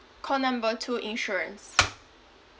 call number two insurance